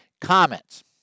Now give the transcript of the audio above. comments